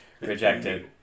rejected